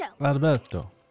Alberto